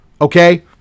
Okay